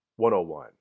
101